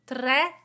tre